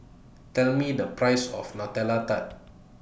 Tell Me The Price of Nutella Tart